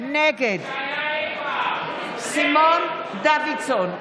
נגד סימון דוידסון,